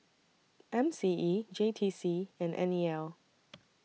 M C E J T C and N E L